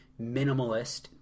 minimalist